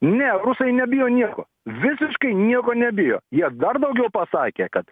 ne rusai nebijo nieko visiškai nieko nebijo jie dar daugiau pasakė kad